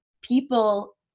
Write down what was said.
people